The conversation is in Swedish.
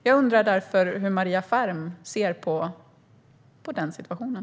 Jag undrar därför hur Maria Ferm ser på den situationen.